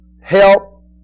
help